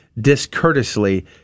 discourteously